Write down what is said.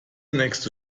nächste